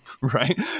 right